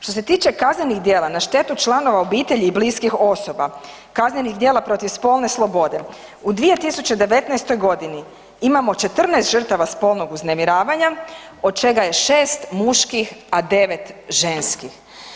Što se tiče kaznenih djela na štetu članova obitelji i bliskih osoba, kaznenih djela protiv spolne slobode u 2019. godini imamo 14 žrtava spolnog uznemiravanja od čega je 6 muških, a 9 ženskih.